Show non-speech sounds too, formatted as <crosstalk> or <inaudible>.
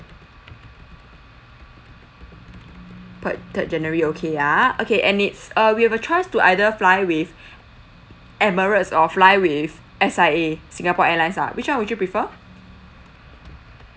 put third january okay ah okay and it's uh we have a choice to either fly with <breath> emirates or fly with S_I_A singapore airlines ah which [one] would you prefer